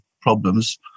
problems